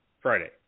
Friday